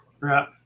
Right